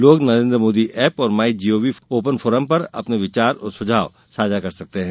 लोग नरेन्द्र मोदी ऐप और my G O V open forum पर अपने विचार और सुझाव साझा कर सकते हैं